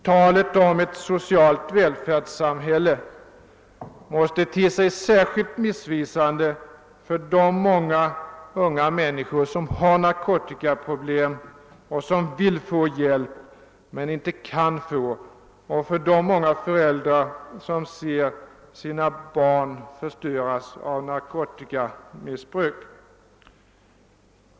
Talet om ett socialt välfärdssamhälle måste te sig särskilt missvisande för de många unga människor som har narkotikaproblem och som vill få hjälp men inte kan få det och för de många föräldrar som ser sina barn förstöras av narkotikamissbruk.